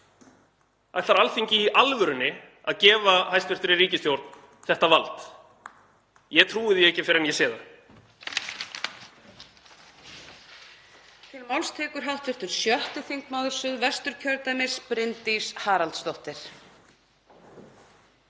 Ætlar Alþingi í alvörunni að gefa hæstv. ríkisstjórn þetta vald? Ég trúi því ekki fyrr en ég sé það.